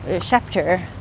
chapter